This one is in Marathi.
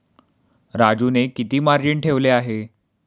राजूने किती मार्जिन ठेवले आहे?